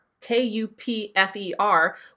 K-U-P-F-E-R